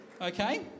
Okay